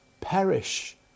perish